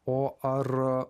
o ar